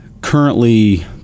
currently